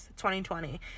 2020